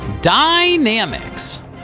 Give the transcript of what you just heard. dynamics